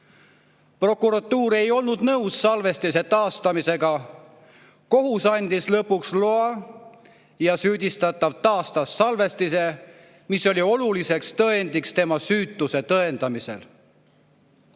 Prokuratuur ei olnud nõus salvestise taastamisega. Kohus andis lõpuks loa ja süüdistatav taastas salvestise, mis oli oluliseks tõendiks tema süütuse tõendamisel.